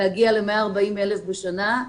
לךהגיע ל-140,000 בשנה.